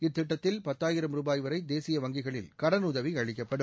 இத்திட்டத்தில் பத்தாயிரம் ருபாய் வரை தேசிய வங்கிகளில் கடனுதவி அளிக்கப்படும்